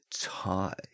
tie